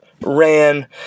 ran